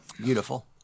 Beautiful